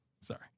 Sorry